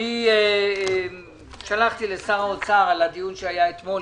אני שלחתי לשר האוצר על הדיון שהיה אתמול,